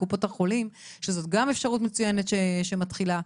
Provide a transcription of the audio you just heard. קופות החולים שזו גם אפשרות מצוינת שמתחילה,